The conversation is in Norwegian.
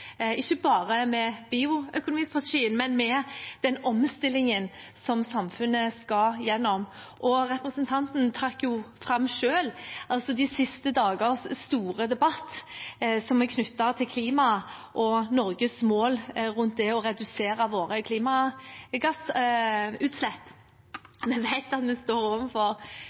ikke bare med bioøkonomistrategien, men med den omstillingen som samfunnet skal igjennom. Representanten trakk jo selv fram de siste dagers store debatt knyttet til klima og Norges mål rundt det å redusere våre klimagassutslipp. Vi vet at vi står